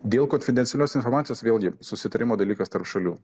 dėl konfidencialios informacijos vėlgi susitarimo dalykas tarp šalių